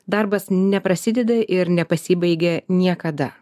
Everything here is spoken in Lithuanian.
darbas neprasideda ir nepasibaigė niekada